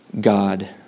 God